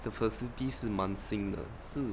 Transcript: the facility 是蛮新的是